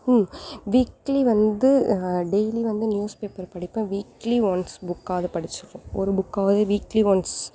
weekly வந்து daily வந்து news பேப்பரை படிப்பேன் வீக்லி ஒன்ஸ் புக்காவது படிச்சிருவன் ஒரு புக்காவது வீக்லி ஒன்ஸ்